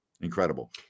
incredible